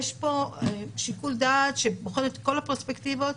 יש פה שיקול דעת שבוחן את כל הפרספקטיבות.